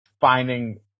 finding